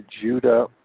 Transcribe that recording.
Judah